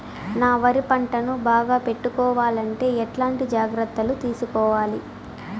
నా వరి పంటను బాగా పెట్టుకోవాలంటే ఎట్లాంటి జాగ్రత్త లు తీసుకోవాలి?